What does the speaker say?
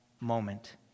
moment